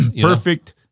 Perfect